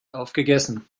aufgegessen